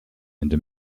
into